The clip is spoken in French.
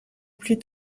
plus